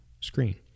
screen